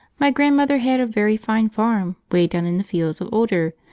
my grandmother had a very fine farm way down in the fields of older.